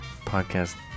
podcast